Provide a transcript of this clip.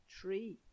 tree